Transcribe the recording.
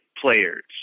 players